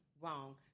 wrong